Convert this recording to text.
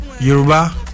Yoruba